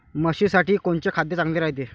म्हशीसाठी कोनचे खाद्य चांगलं रायते?